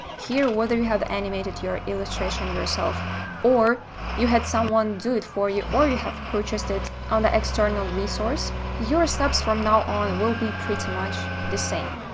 here whether you have animated your illustration yourself or you had someone do it for you or you have purchased it on the external resource. your steps from now on will be pretty much the same.